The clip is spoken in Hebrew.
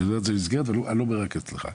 אני מדבר על מסגרת ולא רק אצלך.